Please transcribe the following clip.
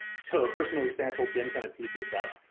so personal example been kind of keep this up.